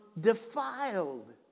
defiled